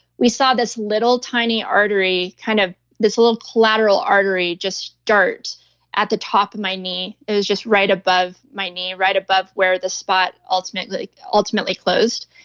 we saw this little tiny artery, kind of this little collateral artery just start at the top of my knee. it was just right above my knee, right above where the spot ultimately ultimately closed.